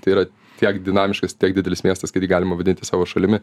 tai yra tiek dinamiškas tiek didelis miestas kad jį galima vadinti savo šalimi